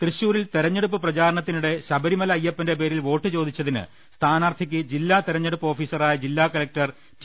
തൃശൂരിൽ തെരഞ്ഞെടുപ്പ് പ്രചാരണത്തിനിടെ ശബരിമല അയ്യപ്പന്റെ പേരിൽ വോട്ട് ചോദിച്ചതിന് സ്ഥാനാർത്ഥിക്ക് ജില്ലാ തെരഞ്ഞെടുപ്പ് ഓഫീസറായ ജില്ലാ കലക്ടർ ടി